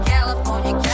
California